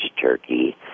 turkey